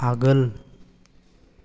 आगोल